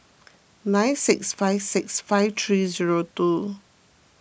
nine six five six five three zero two